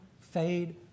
fade